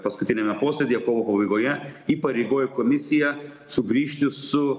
paskutiniame posėdyje kovo pabaigoje įpareigojo komisiją sugrįžti su